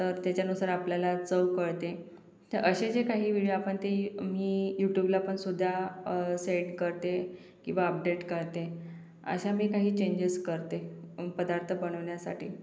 तर त्याच्यानुसार आपल्याला चव कळते तर असे जे काही वेळी आपण ती मी यूटूबलापणसुद्धा सेंड करते किंवा अपडेट करते अशा मी काही चेंजेस करते पदार्थ बनवण्यासाठी